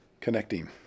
connecting